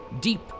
Deep